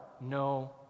no